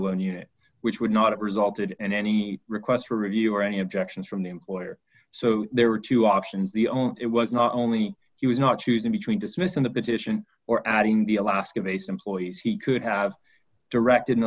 alone unit which would not have resulted in any request for review or any objections from the employer so there were two options the only it was not only he was not choosing between dismissing the petition or adding the alaska based employees he could have directed an